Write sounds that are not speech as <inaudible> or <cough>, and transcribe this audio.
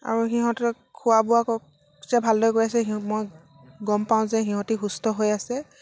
আৰু সিহঁতক খোৱা বোৱা <unintelligible> মই গম পাওঁ যে সিহঁতি সুস্থ হৈ আছে